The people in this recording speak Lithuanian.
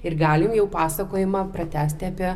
ir galim jau pasakojimą pratęsti apie